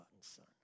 Son